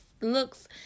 looks